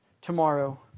tomorrow